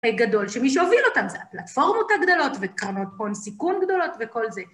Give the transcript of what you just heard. גדול שמי שהוביל אותם זה הפלטפורמות הגדולות וקרנות הון סיכון גדולות וכל זה